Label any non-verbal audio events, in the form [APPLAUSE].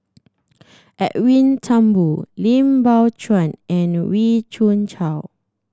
Edwin Thumboo Lim Biow Chuan and Wee Cho [UNINTELLIGIBLE]